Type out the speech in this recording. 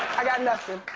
i got nothing.